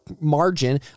margin